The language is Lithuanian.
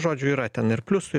žodžiu yra ten ir pliusų